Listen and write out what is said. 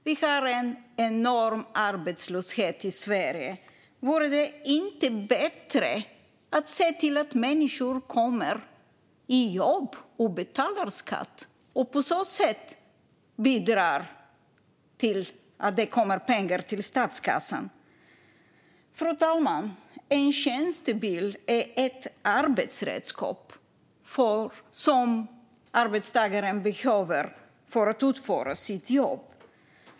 Vi har en enorm arbetslöshet i Sverige. Vore det inte bättre att se till att människor kommer i jobb och betalar skatt och på så sätt bidrar till att det kommer pengar till statskassan? Fru talman! En tjänstebil är ett arbetsredskap som arbetstagaren behöver för att utföra sitt jobb.